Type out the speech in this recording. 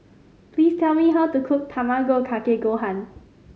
please tell me how to cook Tamago Kake Gohan